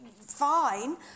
Fine